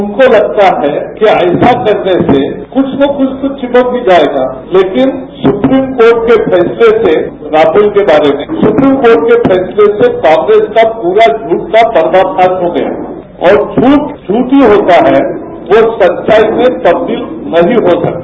उनको लगता है कि ऐसा करने से कुछ न कुछ तो विपक ही जायेगा लेकिन सुप्रीम कोर्ट के फैंसले से राफेल के बारे में सुप्रीम कोर्ट के फैंसले से कांग्रेस का पूरा झूठ का पर्दाफारा हो गया है और झूठ झूठ ही होता है वो सच्चाई में तब्दील नहीं हो सकता